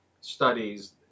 studies